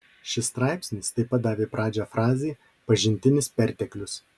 šis straipsnis taip pat davė pradžią frazei pažintinis perteklius